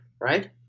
right